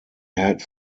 had